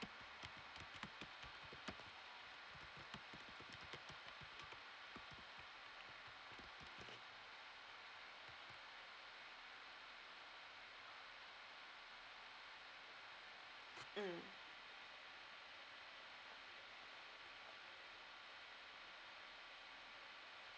mm